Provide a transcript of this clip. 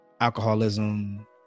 alcoholism